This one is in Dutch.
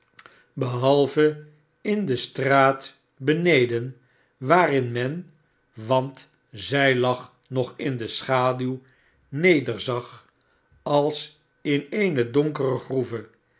behalve in de straat beneden waarin men want zij lag nog in de schaduw nederzag als in eene donkere groeve